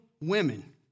women